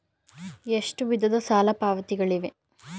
ಎಷ್ಟು ವಿಧದ ಸಾಲ ಪಾವತಿಗಳಿವೆ?